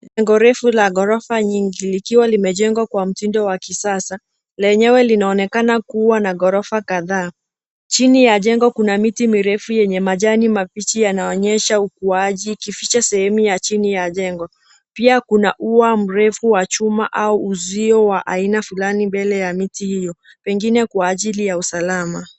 Jengo la ghorofa nyingi, likiwa limejengwa kwa mtindo wa kisasa, lenyewe linaonekana kuwa na ghorofa kadhaa. Chini ya jengo, kuna miti mirefu yenye majani mabichi yanaonyesha ukuaji ikificha sehemu ya chini ya jengo. Pa kuna ua mrefu wa chuma, au uzio wa aina fulani mbele ya miti hiyo, pengine kwa ajili ya usalama.